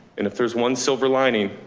and if there's one silver lining,